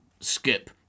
Skip